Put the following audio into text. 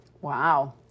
wow